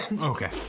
Okay